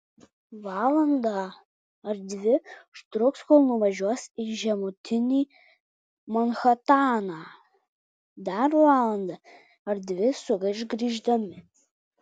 valandą ar dvi užtruks kol nuvažiuos į žemutinį manhataną dar valandą ar dvi sugaiš grįždami